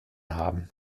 haben